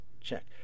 Check